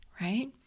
right